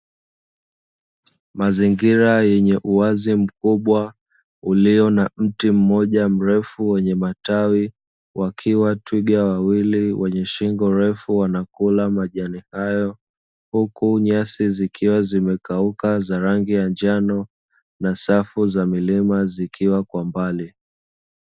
Mazingira yenye uwazi mkubwa, ulio na mti mmoja mrefu wenye matawi. Wakiwa twiga wawili wenye shingo refu wanakula majani hayo, huku nyasi zikiwa zimekauka za rangi ya njano, na safu za milima zikiwa kwa mbali.